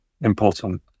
important